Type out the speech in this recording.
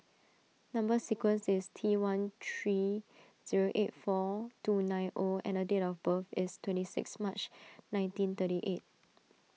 Number Sequence is T one three zero eight four two nine O and date of birth is twenty six March nineteen thirty eight